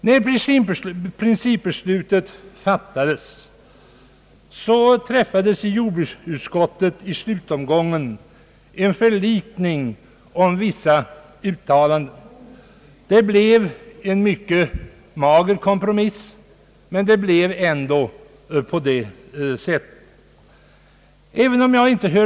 När principbeslutet skulle fattas träffades i jordbruksutskottet i slutomgången en förlikning om vissa uttalanden. Det blev en mycket mager kompromiss, men man lyckades på det sättet ändå upp nå enighet.